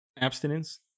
abstinence